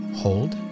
hold